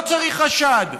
לא צריך חשד.